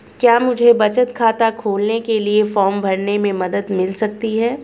क्या मुझे बचत खाता खोलने के लिए फॉर्म भरने में मदद मिल सकती है?